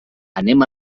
anem